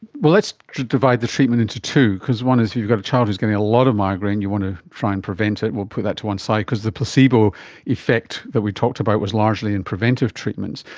but let's divide the treatment into two, because one is you've got a child who's getting a lot of migraine, you want to try and prevent it, and we'll put that to one side because the placebo effect that we talked about was largely in preventive treatments.